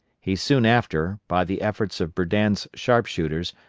he soon after, by the efforts of berdan's sharpshooters,